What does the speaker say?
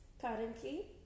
currently